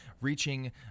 reaching